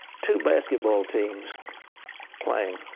two basketball teams playing,